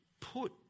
put